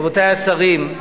רבותי השרים,